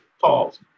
calls